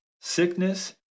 sickness